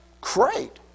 Great